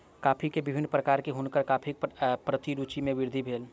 coffee के विभिन्न प्रकार सॅ हुनकर कॉफ़ीक प्रति रूचि मे वृद्धि भेल